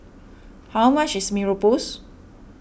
how much is Mee Rebus